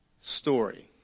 story